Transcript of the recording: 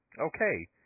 okay